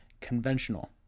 conventional